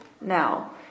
now